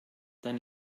dann